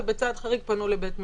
ובצעד חריג פנו לבית משפט.